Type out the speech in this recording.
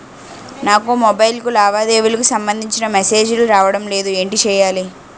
నాకు మొబైల్ కు లావాదేవీలకు సంబందించిన మేసేజిలు రావడం లేదు ఏంటి చేయాలి?